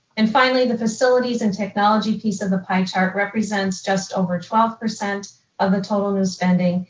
and finally, the facilities and technology piece of the pie chart represents just over twelve percent of the total in spending,